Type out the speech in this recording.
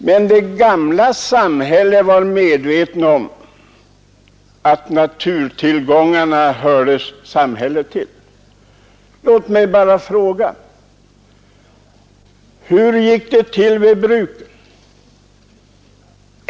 Men det gamla samhället var medvetet om att naturtillgångarna hörde samhället till. Låt mig bara fråga: Hur gick det till vid bruken?